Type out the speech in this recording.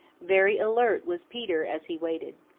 very alert was peter as he waited.